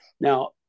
Now